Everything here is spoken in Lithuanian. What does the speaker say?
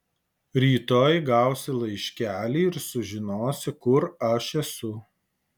rytoj gausi laiškelį ir sužinosi kur aš esu